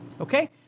okay